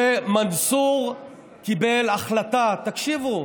ומנסור קיבל החלטה, תקשיבו,